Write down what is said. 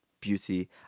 beauty